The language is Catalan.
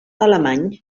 alemany